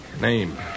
Name